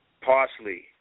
parsley